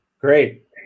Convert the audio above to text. Great